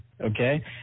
okay